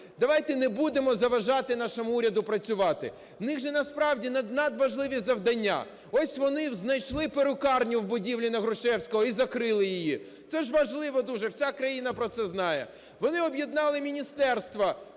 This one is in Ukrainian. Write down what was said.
давайте не будемо заважати нашому уряду працювати, в них же, насправді, надважливі завдання. Ось вони знайшли перукарню в будівлі на Грушевського і закрили її, це важливо дуже, вся країна про це знає. Вони об'єднали міністерства,